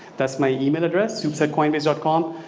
that's my email address soups at coinbase dot com.